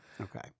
Okay